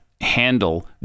Handle